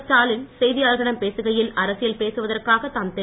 ஸ்டாலின் செய்தியாளர்களிடம் பேசுகையில் அரசியல் பேசுவதற்காக தாம் திரு